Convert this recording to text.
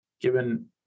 given